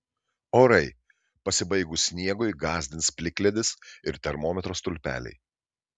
orai pasibaigus sniegui gąsdins plikledis ir termometro stulpeliai